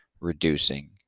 reducing